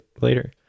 later